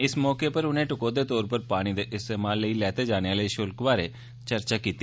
इस मौके उप्पर उनें टकोह्दे तौर उप्पर पानी दे इस्तेमाल लेई लैते जाने आह्ले षुल्क बारै चर्चा कीती